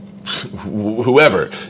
Whoever